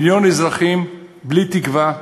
מיליון אזרחים בלי תקווה,